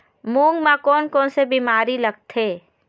मूंग म कोन कोन से बीमारी लगथे?